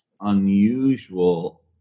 unusual